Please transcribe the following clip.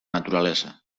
naturalesa